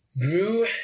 grew